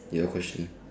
your question